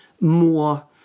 more